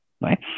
right